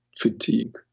fatigue